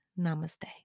Namaste